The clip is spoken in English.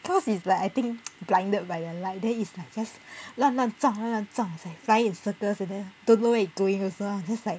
cause it's like I think blinded by the light then it's like just 乱乱撞乱乱撞 it's like flying in circles and then don't know it's going also just like